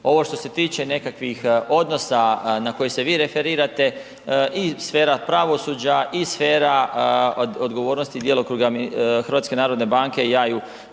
Ovo što se tiče nekakvih odnosa na koje se vi referirati i sfera pravosuđa i sfera odgovornosti djelokruga HNB-a ja ju